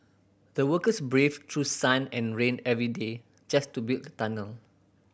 the workers braved through sun and rain every day just to build the tunnel